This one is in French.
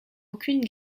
aucune